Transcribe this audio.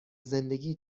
زندگی